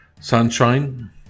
sunshine